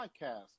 podcast